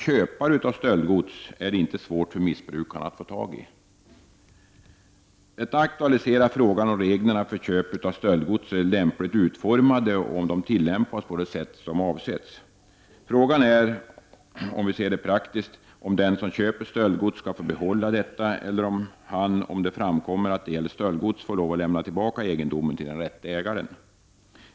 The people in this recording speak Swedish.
Köpare av stöldgods är det inte svårt för missbrukarna att få tag i. Detta aktualiserar frågan om reglerna för köp av stöldgods är lämpligt ut formade och om de tillämpas på det sätt som avsetts. Frågan är — om vi ser det praktiskt — om den som köper stöldgods skall få behålla detta eller om han, om det framkommer att det gäller stöldgods, får lov att lämna tillbaka egendomen till den rätte ägaren.